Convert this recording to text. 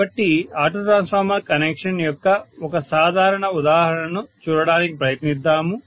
కాబట్టి auto transformer connection యొక్క ఒక సాధారణ ఉదాహరణను చూడడానికి ప్రయత్నిద్దాము